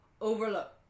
overlook